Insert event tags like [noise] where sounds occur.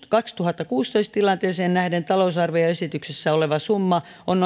kaksituhattakuusitoista tilanteeseen nähden talousarvioesityksessä oleva summa on [unintelligible]